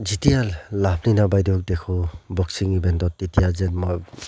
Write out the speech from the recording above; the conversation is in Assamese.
যেতিয়া লাভলীনা বাইদেউক দেখোঁ বক্সিং ইভেণ্টত তেতিয়া যেন মই